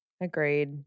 agreed